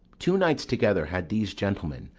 two nights together had these gentlemen,